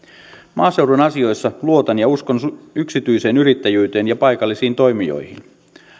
maaseudun asioissa luotan ja uskon yksityiseen yrittäjyyteen ja paikallisiin toimijoihin